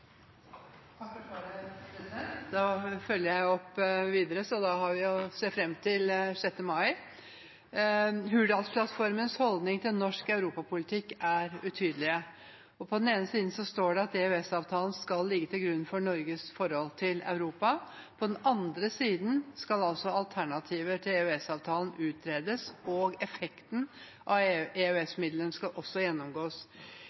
Takk for svaret. Da ser vi fram til 6. mai! Jeg følger opp videre: Hurdalsplattformens holdning til norsk europapolitikk er utydelig. På den ene siden står det at «EØS-avtalen skal ligge til grunn for Norges forhold til Europa». På den andre siden skal altså alternativer til EØS-avtalen utredes, og effekten av EØS-midlene skal også gjennomgås.